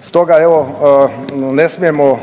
Stoga evo ne smijemo